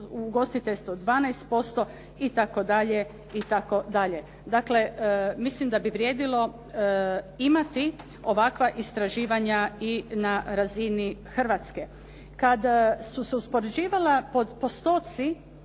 i ugostiteljstvo 12% itd. Dakle, mislim da bi vrijedilo imati ovakva istraživanja i na razini Hrvatske. Kad su se uspoređivali postoci